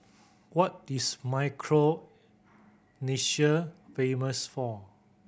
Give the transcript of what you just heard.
what is Micronesia famous for